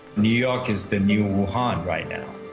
new york is the new wuhan right now.